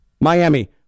Miami